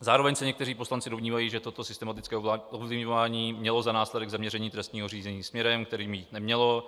Zároveň se někteří poslanci domnívají, že toto systematické ovlivňování mělo za následek zaměření trestního řízení směrem, kterým jít nemělo.